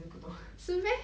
不懂